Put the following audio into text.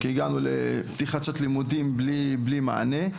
כי הגענו לפתיחת שנת לימודים בלי מענה,